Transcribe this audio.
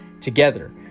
together